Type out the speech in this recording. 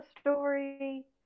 story